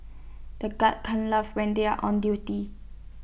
the guards can't laugh when they are on duty